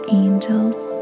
angels